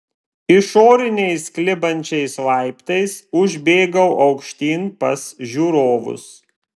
išoriniais klibančiais laiptais užbėgau aukštyn pas žiūrovus